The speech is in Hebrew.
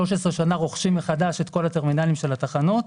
שנים רוכשים מחדש את כל הטרמינלים של התחנות,